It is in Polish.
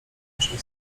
naszej